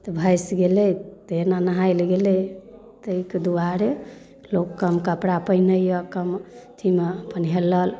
तऽ भाइस गेलै तऽ एना नहाइ लऽ गेलै तैके दुआरे लोक कम कपड़ा पहिनै यऽ कम अथीमे अपन हेलल